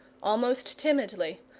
almost timidly,